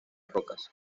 rocas